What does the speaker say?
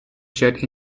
jet